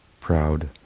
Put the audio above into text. proud